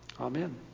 Amen